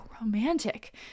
romantic